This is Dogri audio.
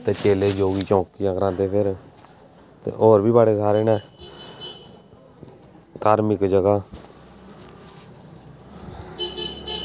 ते चेले चौकियां खढ़ांदे फिर होर बी बड़े सारे न धार्मिक जगह